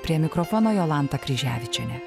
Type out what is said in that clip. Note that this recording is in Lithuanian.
prie mikrofono jolanta kryževičienė